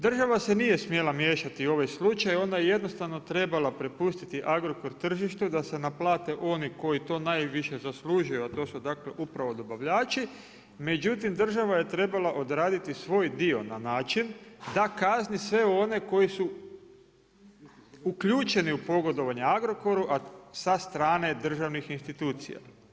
Država se nije smjela miješati u ovaj slučaj, ona je jednostavno trebala prepustiti Agrokor tržištu da se naplate oni koji to najviše zaslužuju a to su dakle upravo dobavljači, međutim država je trebala odraditi svoj dio na način da kazni sve one koji su uključeni u pogodovanje Agrokoru a sa strane državnih institucija.